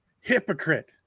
hypocrite